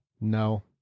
No